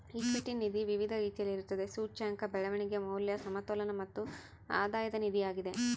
equity ನಿಧಿ ವಿವಿಧ ರೀತಿಯಲ್ಲಿರುತ್ತದೆ, ಸೂಚ್ಯಂಕ, ಬೆಳವಣಿಗೆ, ಮೌಲ್ಯ, ಸಮತೋಲನ ಮತ್ತು ಆಧಾಯದ ನಿಧಿಯಾಗಿದೆ